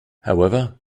however